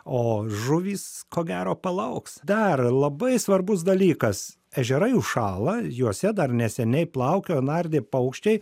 o žuvys ko gero palauks dar labai svarbus dalykas ežerai užšąla juose dar neseniai plaukiojo nardė paukščiai